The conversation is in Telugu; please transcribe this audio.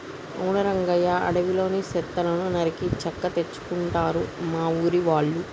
అవును రంగయ్య అడవిలోని సెట్లను నరికి చెక్క తెచ్చుకుంటారు మా ఊరి వాళ్ళు